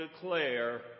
declare